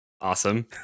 Awesome